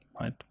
right